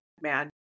man